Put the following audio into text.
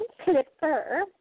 clipper